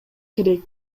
керек